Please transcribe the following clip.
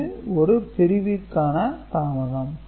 இது ஒரு பிரிவிற்கான தாமதம்